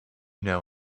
know